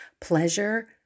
Pleasure